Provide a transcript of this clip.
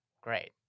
Great